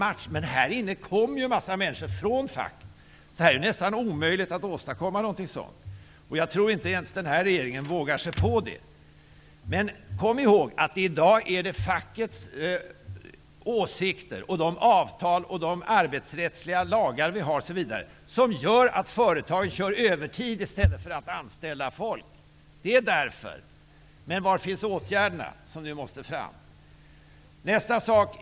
Men i den här församlingen kommer ju en massa människor från facket, så här är det nästan omöjligt att åstadkomma någonting sådant. Det tror jag inte ens att den här regeringen vågar sig på. Men kom ihåg att det är fackets åsikter -- de arbetsrättsliga lagar och avtal som vi har -- som gör att företagen i dag kör övertid i stället för att anställa folk. Det beror på dem. Var finns åtgärderna som nu måste fram?